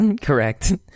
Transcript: correct